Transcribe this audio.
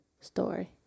story